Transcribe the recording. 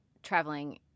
Traveling